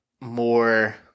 more